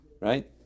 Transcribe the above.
right